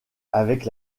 avec